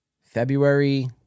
February